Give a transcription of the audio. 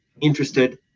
interested